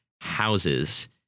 houses